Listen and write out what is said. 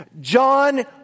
John